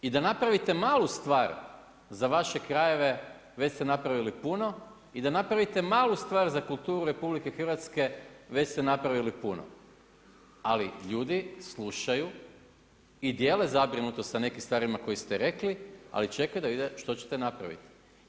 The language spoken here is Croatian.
I da napravite malu stvar za vaše krajeve već ste napravili puno i da napravite malu stvar za kulturu RH već ste napravili puno, ali ljudi slušaju i dijele zabrinutost sa nekim stvarima koje ste rekli, ali čekaju da vide što ćete napraviti.